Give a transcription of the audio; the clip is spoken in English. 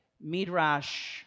Midrash